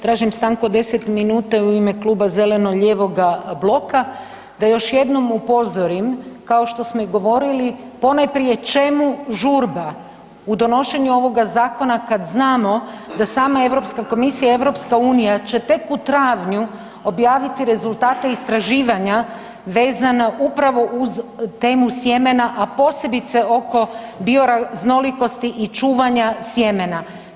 Tražim stanku od 10 minuta i u ime Kluba zeleno-lijevoga bloka da još jednom upozorim kao što smo i govorili, ponajprije čemu žurba u donošenju ovoga zakona kad znamo da sama Europska komisija i EU će tek u travnju objaviti rezultate istraživanja vezano upravo uz temu sjemena, a posebice oko bioraznolikosti i čuvanja sjemena.